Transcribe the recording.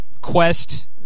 Quest